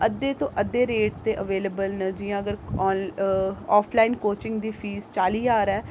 अद्धे तों अद्धे रेट ते अवेलेबल न जि'यां अगर आन लाइन आफलाइन कोचिंग दी फीस चाली ज्हार ऐ